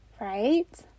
right